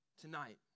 tonight